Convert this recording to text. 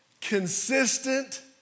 consistent